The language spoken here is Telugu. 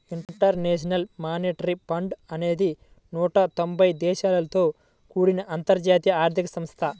ఇంటర్నేషనల్ మానిటరీ ఫండ్ అనేది నూట తొంబై దేశాలతో కూడిన అంతర్జాతీయ ఆర్థిక సంస్థ